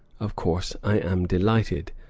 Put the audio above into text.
of course i am delighted,